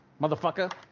motherfucker